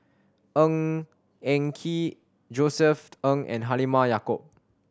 Ng Eng Kee Josef Ng and Halimah Yacob